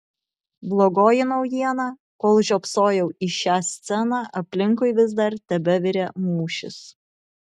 blogoji naujiena kol žiopsojau į šią sceną aplinkui vis dar tebevirė mūšis